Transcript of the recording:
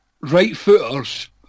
right-footers